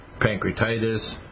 pancreatitis